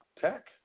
tech